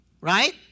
right